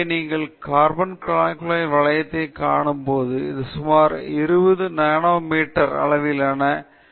எனவே நீங்கள் கார்பன் குழாய்களின் வளையங்களைக் காணலாம் மற்றும் இது சுமார் 20 நானோமீட்டர் அளவிலான அளவிலான அளவைக் காண்கிறது